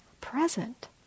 present